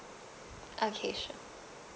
okay sure